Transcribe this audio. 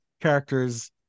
characters